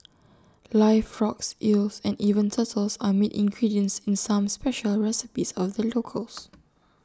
live frogs eels and even turtles are meat ingredients in some special recipes of the locals